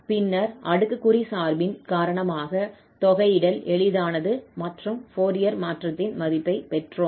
பின்னர் அடுக்குக்குறி சார்பின் காரணமாக தொகையிடல் எளிதானது மற்றும் ஃபோரியர் மாற்றத்தின் மதிப்பைப் பெற்றோம்